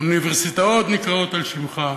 אוניברסיטאות נקראות על שמך,